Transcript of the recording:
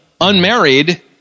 unmarried